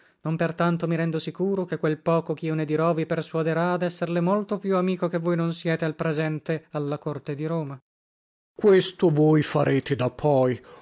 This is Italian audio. per tanto mi rendo sicuro che quel poco chio ne dirò vi persuaderà ad esserle molto più amico che voi non siete al presente alla corte di roma corteg questo voi farete dapoi ora